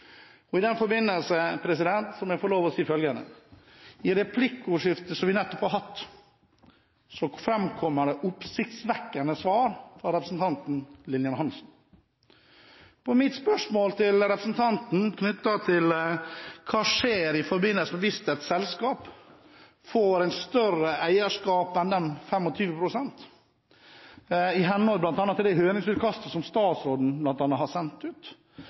knyttet til den politiske delen av disse sakene. I den forbindelse må jeg få lov til å si følgende: I replikkordskiftet vi nettopp har hatt, framkom det et oppsiktsvekkende svar fra representanten Lillian Hansen. På mitt spørsmål til representanten om hva som skjer hvis et selskap får en større eierskapsandel enn 25 pst., i henhold til bl.a. det høringsutkastet som statsråden har sendt ut;